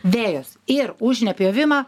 vejos ir už nepjovimą